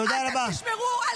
מה "אתם לא תשבו בחיבוק ידיים"?